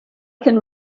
can